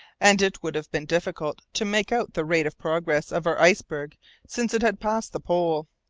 and it would have been difficult to make out the rate of progress of our iceberg since it had passed the pole.